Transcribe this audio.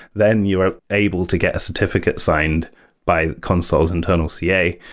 then you're able to get a certificate signed by consul's internal ca,